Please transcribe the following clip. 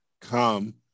come